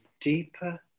deeper